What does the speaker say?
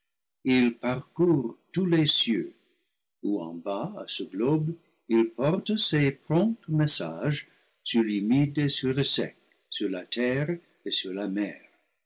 ils parcourent tous les cieux ou en bas à ce globe ils portent ses prompts messages sur l'humide et sur le sec sur la terre et sur la mer